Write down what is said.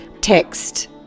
text